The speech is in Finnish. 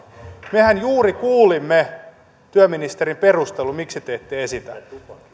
mehän juuri kuulimme työministerin perustelun miksi te ette näitä esitä